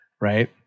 Right